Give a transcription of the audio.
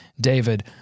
David